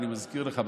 אני מזכיר לך,